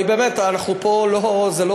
באמת, זה לא,